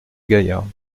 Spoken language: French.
gaillarde